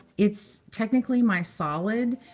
it's technically my solid,